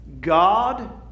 God